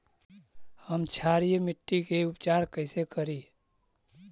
हम क्षारीय मिट्टी के उपचार कैसे करी?